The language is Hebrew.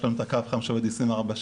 יש לנו את הקו החם שעובד 24 שעות.